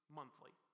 monthly